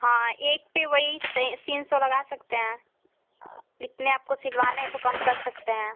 हाँ एक पर वही तीन सौ लगा सकते हैं इतने आपको सिलवाने हैं तो कम कर सकते हैं